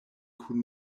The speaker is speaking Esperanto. kun